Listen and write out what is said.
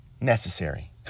necessary